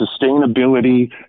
sustainability